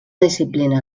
disciplina